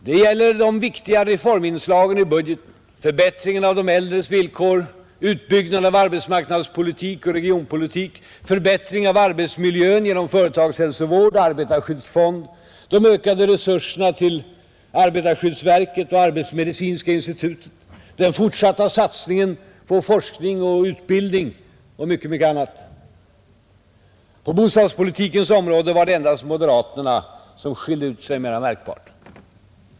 Det gäller de viktiga reforminslagen i budgeten: förbättringen av de äldres villkor, utbyggnaden av arbetsmarknadspolitik och regionpolitik, förbättring av arbetsmiljön genom företagshälsovård och arbetarskyddsfond, de ökade resurserna till arbetarskyddsverket och arbetsmedicinska institutet, den fortsatta satsningen på forskning och utbildning och mycket, mycket annat. På bostadspolitikens område var det endast moderaterna som skilde ut sig mera märkbart.